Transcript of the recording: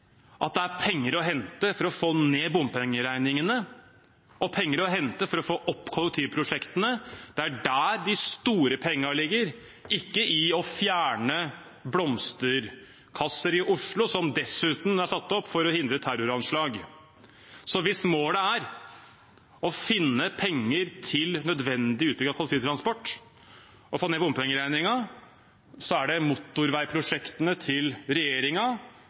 at det er penger å hente for å få ned bompengeregningene og penger å hente for å få opp kollektivprosjektene. Det er der de store pengene ligger – ikke i å fjerne blomsterkasser i Oslo, som dessuten er satt opp for å hindre terroranslag. Hvis målet er å finne penger til nødvendig utbygging av kollektivtransport og å få ned bompengeregningen, er det i motorveiprosjektene til